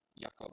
Jakob